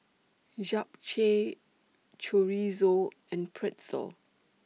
Japchae Chorizo and Pretzel